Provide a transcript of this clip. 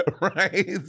Right